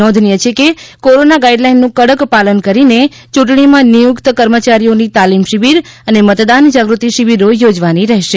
નોંધનીય છે કે કોરોના ગાઇડલાઇનનું કડક પાલન કરીને ચૂંટણીમાં નિયુક્ત કર્મચારીઓની તાલીમ શિબિર અને મતદાન જાગૃતિ શિબિરો યોજવાની રહેશે